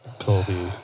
Kobe